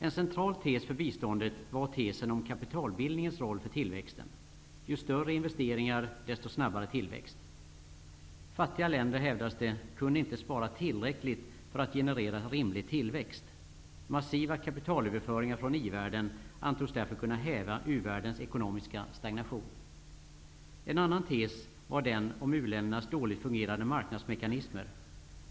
En central tes för biståndet var tesen om kapitalbildningens roll för tillväxten. Ju större investeringar som gjordes, desto snabbare skulle tillväxt nås. Det hävdades att fattiga länder inte kunde spara tillräckligt för att generera en rimlig tillväxt. Massiva kapitalöverföringar från i-världen antogs därför kunna häva u-världens ekonomiska stagnation. En annan tes var den om u-ländernas dåligt fungerande marknadsmekanismer.